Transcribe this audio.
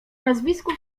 nazwisku